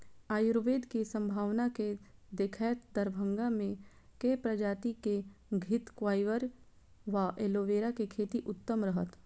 आयुर्वेद केँ सम्भावना केँ देखैत दरभंगा मे केँ प्रजाति केँ घृतक्वाइर वा एलोवेरा केँ खेती उत्तम रहत?